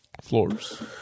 floors